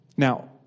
Now